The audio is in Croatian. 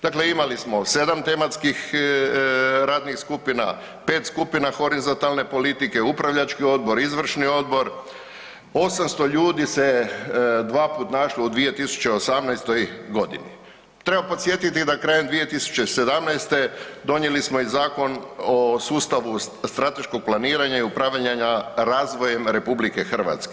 Dakle imali smo 7 tematskih radnih skupina, 5 skupina horizontalne politike, upravljački odbor, izvršni odbor, 800 ljudi se dvaput našlo u 2018. g. Treba podsjetiti da krajem 2017. donijeli smo i Zakon o sustavu strateškog planiranja i upravljanja razvojem RH.